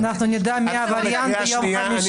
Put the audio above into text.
------ לא ניתן לך לתקוף את הייעוץ המשפטי לממשלה.